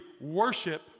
worship